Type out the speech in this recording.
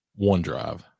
OneDrive